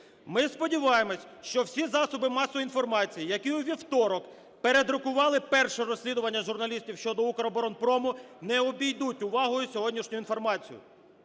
Ми сподіваємось, що всі засоби масової інформації, які у вівторок передрукували перше розслідування журналістів щодо "Укроборонпрому", не обійдуть увагою сьогоднішню інформацію.